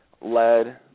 lead